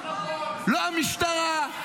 לא המשטרה,